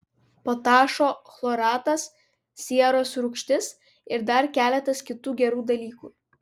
potašo chloratas sieros rūgštis ir dar keletas kitų gerų dalykų